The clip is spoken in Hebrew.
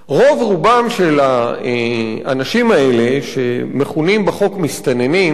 רוב רובם של האנשים האלה, שמכונים בחוק "מסתננים",